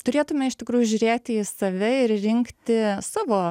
turėtume iš tikrųjų žiūrėti į save ir rinkti savo